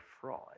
fraud